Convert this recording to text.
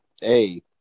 hey